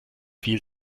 viel